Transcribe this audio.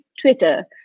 Twitter